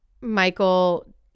Michael